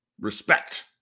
respect